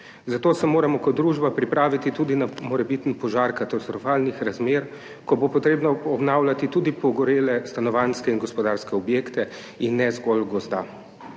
zato se moramo kot družba pripraviti tudi na morebiten požar katastrofalnih razmer, ko bo potrebno obnavljati tudi pogorele stanovanjske in gospodarske objekte in ne zgolj gozda.